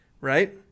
Right